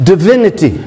Divinity